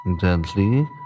Gently